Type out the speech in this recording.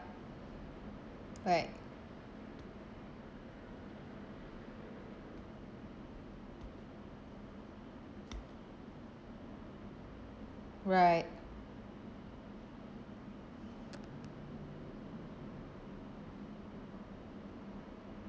right right